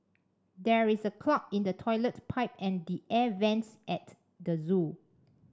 there is a clog in the toilet pipe and the air vents at the zoo